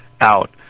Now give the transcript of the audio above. out